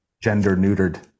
gender-neutered